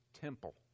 temple